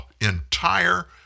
entire